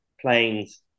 planes